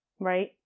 right